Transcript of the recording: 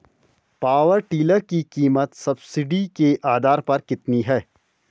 Power tiller की कीमत subsidy के आधार पर कितनी है?